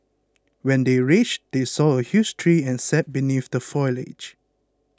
when they reached they saw a huge tree and sat beneath the foliage